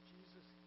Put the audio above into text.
Jesus